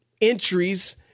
entries